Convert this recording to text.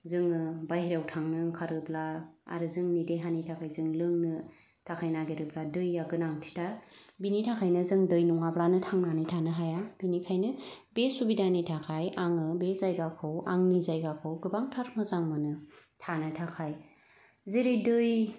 जोङो बायह्रायाव थांनो ओंखारोब्ला आरो जोंनि देहानि थाखाय जों लोंनो थाखाय नागिरोब्ला दैया गोनांथि थार बिनि थाखायनो जों दै नङाब्लानो थांनानै थानो हाया बिनिखायनो बे सुबिदानि थाखाय आङो बे जायगाखौ आंनि जायगाखौ गोबांथार मोजां मोननो थानो थाखाय जेरै दै